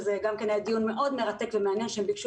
היה דיון מאוד מרתק ומעניין שביקשו